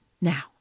Now